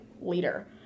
leader